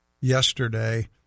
yesterday